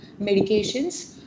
medications